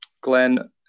Glenn